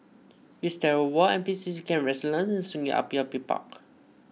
Wisteria Mall N P C C Camp Resilience and Sungei Api Api Park